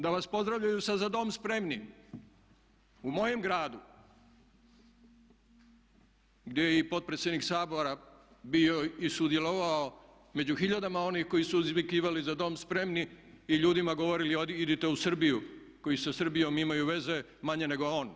Da vas pozdravljaju sa "za dom spremni" u mojem gradu gdje je i potpredsjednik Sabora bio i sudjelovao među hiljadama onih koji su izvikivali "za dom spremni" i ljudima govorili idite u Srbiju koji sa Srbijom imaju veze manje nego on.